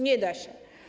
Nie da się.